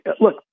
Look